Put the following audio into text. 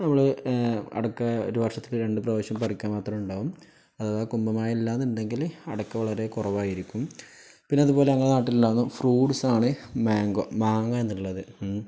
നമ്മള് അടയ്ക്ക ഒരു വർഷത്തില് രണ്ട് പ്രാവശ്യം പറിക്കാൻ മാത്രമേയുണ്ടാകൂ അഥവാ കുംഭ മഴയില്ലെന്നുണ്ടെങ്കില് അടയ്ക്ക വളരെ കുറവായിരിക്കും പിന്നെ അതുപോലെ ഞങ്ങളുടെ നാട്ടിലുണ്ടാകുന്ന ഫ്രൂട്ട്സാണ് മാങ്കോ മാങ്ങയെന്നുള്ളത് ഉം